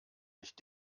nicht